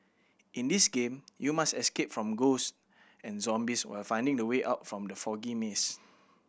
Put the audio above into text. in this game you must escape from ghost and zombies while finding the way out from the foggy maze